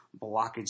blockage